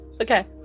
Okay